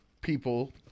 people